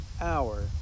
hour